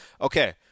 okay